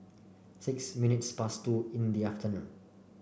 six minutes past two in the afternoon